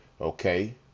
Okay